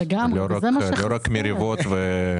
לא רק מריבות.